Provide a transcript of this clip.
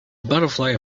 butterfly